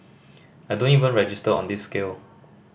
I don't even register on this scale